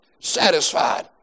Satisfied